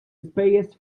ispejjeż